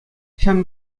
ҫавӑн